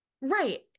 right